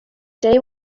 day